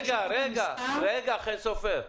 רגע, רגע, חן סופר.